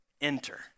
enter